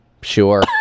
Sure